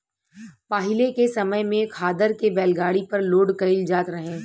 पाहिले के समय में खादर के बैलगाड़ी पर लोड कईल जात रहे